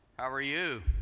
how are you?